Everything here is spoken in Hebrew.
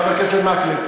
חבר הכנסת מקלב,